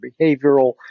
behavioral